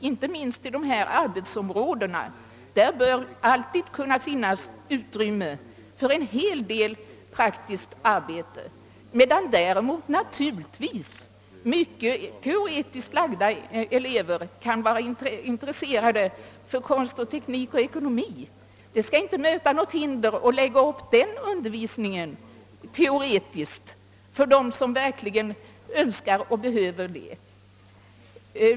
Inte minst inom arbetsområdena bör det alltid kunna finnas utrymme för en hel del praktiskt arbete, medan däremot naturligtvis mycket teoretiskt lagda elever kan vara intresserade för konst eller teknik eller ekonomi. Det skall inte möta något hinder att lägga upp den undervisningen teoretiskt för dem som verkligen önskar och behöver det.